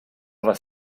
was